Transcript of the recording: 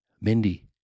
Mindy